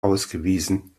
ausgewiesen